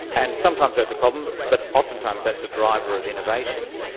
and sometimes that's a problem but oftentimes that's a driver of innovation.